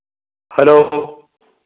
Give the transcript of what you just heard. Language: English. hello